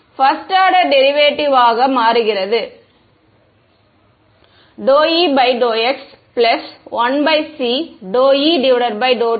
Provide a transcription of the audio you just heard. first order derivative ஆக first order derivatives